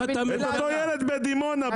את אותו ילד בדימונה,